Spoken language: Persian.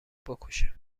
بکشه